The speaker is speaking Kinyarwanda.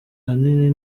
ahanini